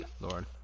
Lord